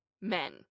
men